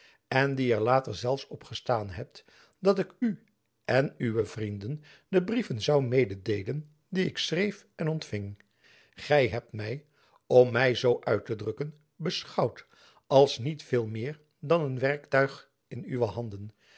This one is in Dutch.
en die er later zelfs op gestaan hebt dat ik u en uwen vrienden de brieven zoû mededeelen die ik schreef en ontfing gy hebt my om my zoo uit te drukken beschouwd als niet veel meer dan een werktuig in uwe handen